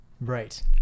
Right